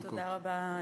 בבקשה, שלוש דקות.